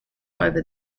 over